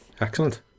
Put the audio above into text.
Excellent